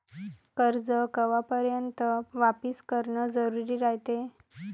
कर्ज कवापर्यंत वापिस करन जरुरी रायते?